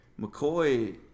McCoy